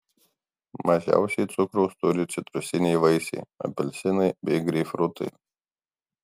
mažiausiai cukraus turi citrusiniai vaisiai apelsinai bei greipfrutai